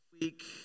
week